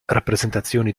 rappresentazioni